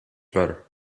better